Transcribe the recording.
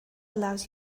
allows